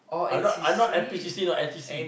I'm not I'm not N_P_C_C know N_C_C